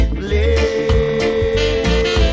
play